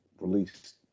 released